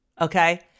Okay